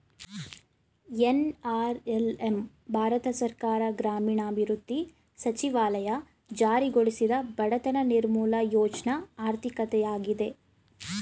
NRLM Bharat ಸರ್ಕಾರ ಗ್ರಾಮೀಣಾಭಿವೃದ್ಧಿ ಸಚಿವಾಲಯ ಜಾರಿಗೊಳಿಸಿದ ಬಡತನ ನಿರ್ಮೂಲ ಯೋಜ್ನ ಆರ್ಥಿಕತೆಯಾಗಿದೆ